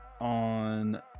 on